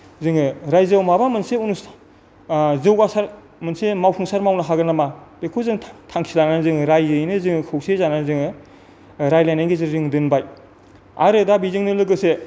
जोङो रायजोआव माबा मोनसे अनुस्थान जौगासार मोनसे मावफुंसार मावनो हागोन नामा बेखौ जों थांखि लानानै जों रायजोयैनो जों खौसे जानानै जों रायज्लायनायनि गेजेरजों जों दोनबाय आरो दा बेजोंनो लोगोसे